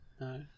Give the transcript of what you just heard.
No